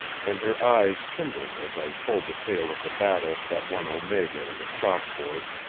and her eyes kindled as i told the tale of the battle that won omega in the stock board,